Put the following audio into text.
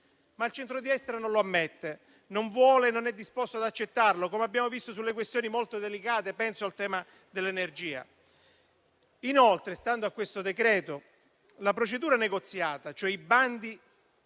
Ma il centrodestra non lo ammette: non vuole e non è disposto ad accettarlo, come abbiamo visto sulle questioni molto delicate, come per il tema dell'energia. Inoltre, stando a questo decreto, la procedura negoziata, cioè senza bandi